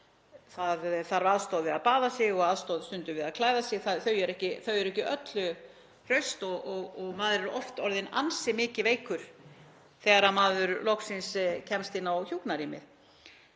Það þarf aðstoð við að baða sig og stundum við að klæða sig. Það er ekki að öllu hraust og maður er oft orðinn ansi mikið veikur þegar maður loksins kemst inn á hjúkrunarrými.